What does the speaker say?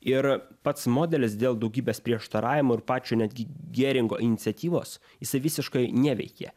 ir pats modelis dėl daugybės prieštaravimų ir pačio netgi gėringo iniciatyvos jisai visiškai neveikė